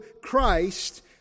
Christ